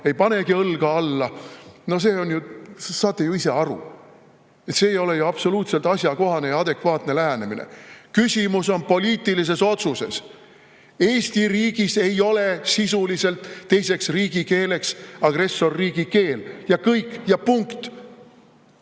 ei panegi õlga alla. No saate ju ise aru, et see ei ole ju absoluutselt asjakohane ja adekvaatne lähenemine. Küsimus on poliitilises otsuses. Eesti riigis ei ole sisuliselt teiseks riigikeeleks agressorriigi keel, ja kõik. Punkt.